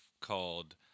called